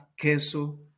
queso